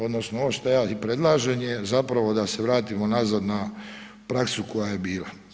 Odnosno ovo što ja i predlažem je zapravo da se vratimo nazad na praksu koja je bila.